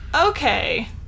okay